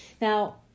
Now